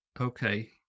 Okay